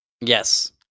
Yes